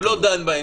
הוא לא דן בהן.